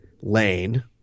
Lane